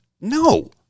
no